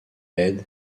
laide